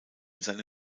seine